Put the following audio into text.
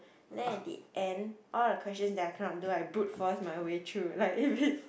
then at the end all the questions that I cannot do I brute force my way through like if it's